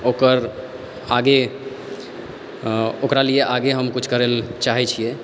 ओकर आगे ओकरा लिए आगे हम किछु करैलए चाहै छिए